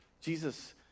Jesus